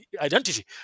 identity